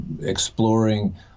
exploring